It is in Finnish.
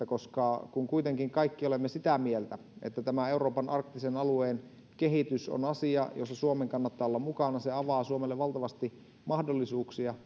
koska kun kuitenkin kaikki olemme sitä mieltä että tämä euroopan arktisen alueen kehitys on asia jossa suomen kannattaa olla mukana se avaa suomelle valtavasti mahdollisuuksia